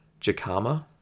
jacama